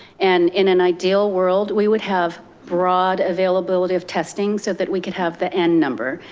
and in an ideal world, we would have broad availability of testing so that we could have the n number.